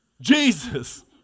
Jesus